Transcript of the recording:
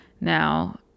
Now